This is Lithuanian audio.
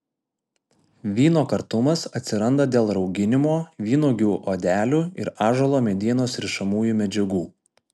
vyno kartumas atsiranda dėl rauginimo vynuogių odelių ir ąžuolo medienos rišamųjų medžiagų